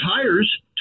tires